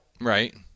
Right